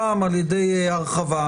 פעם על ידי הרחבה,